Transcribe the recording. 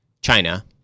china